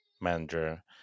manager